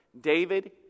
David